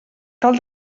cal